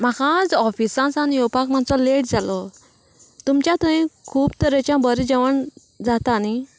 म्हाका आज ऑफिसानसान येवपाक मात्सो वेळ जालो तुमच्या थंय खूब तरेच्या बरें जेवण जाता न्ही